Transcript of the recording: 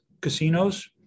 casinos